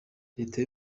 leta